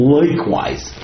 likewise